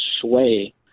sway